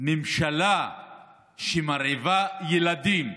ממשלה שמרעיבה ילדים.